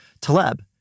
Taleb